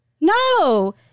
No